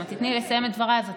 אם את תיתני לי לסיים את דבריי אז את